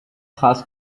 husk